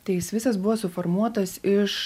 tai jis visas buvo suformuotas iš